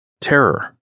Terror